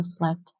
reflect